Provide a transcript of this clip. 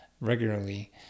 regularly